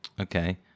Okay